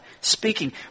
speaking